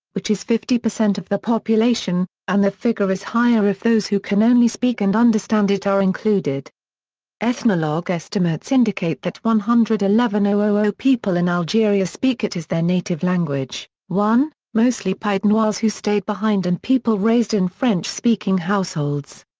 which is fifty percent of the population, and the figure is higher if those who can only speak and understand it are included ethnologue estimates indicate that one hundred and eleven zero people in algeria speak it as their native language, one mostly pied-noirs who stayed behind and people raised in french-speaking households.